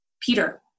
Peter